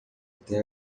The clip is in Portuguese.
até